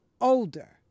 older